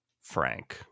Frank